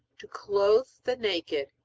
to clothe the naked,